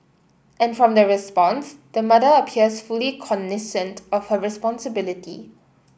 and from the response the mother appears fully cognisant of her responsibility